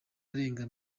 arenga